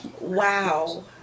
Wow